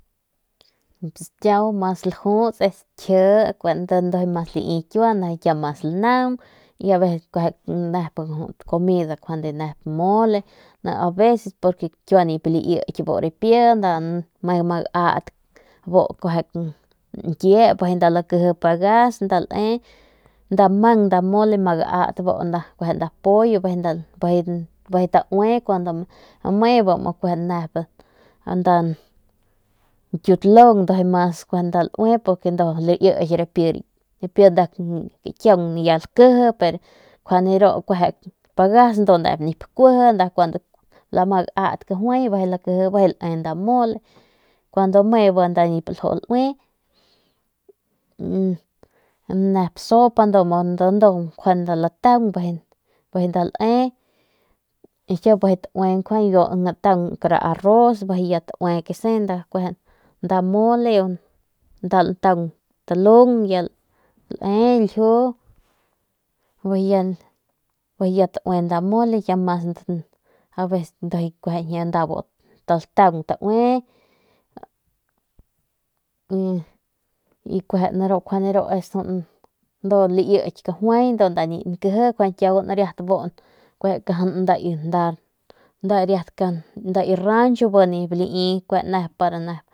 Pus kiau mas lajuts kji njiy mas lanaung y mole ni ni laiky kiua ripi me nda ma gat bu nkiep bijiy nda lakiji pagas nda mang nda mole nda ma gat nda pollo bijiy mu taue kun me tang nyutalung nda luep liek ripie kkiaun ya lkeje pero ya pagas ni nkuje nda cuando ma luat cajuai bejey lankeje ne nda mole kuando me bu nda nip lju lue nep sopa mu ndu muu kjuende nda latan beje nda lae y kiau be tue latan cara arros tuu be que se con mole nda lantan talun lae ljiu bejey ya tue nda mole ya bu ltan tue y kuje deru es jo ndu liik kajuai y kiaun kiua tamejen nda ki rancho nip lii na nep.